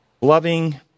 loving